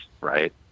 right